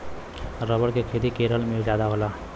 rubber के खेती केरल में जादा होला